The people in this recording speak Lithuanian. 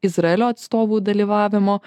izraelio atstovų dalyvavimo